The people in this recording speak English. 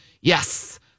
Yes